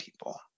people